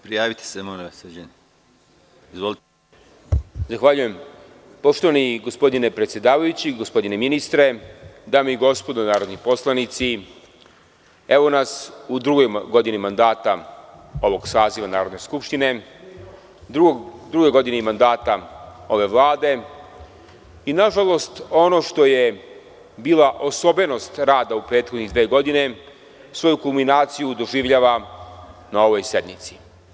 Poštovani gospodine predsedavajući, gospodine ministre, dame i gospodo narodni poslanici, evo nas u drugoj godini mandata ovog saziva Narodne skupštine, u drugoj godini mandata ove Vlade i nažalost, ono što je bila osobenost rada u prethodne dve godine svoju kulminaciju doživljava na ovoj sednici.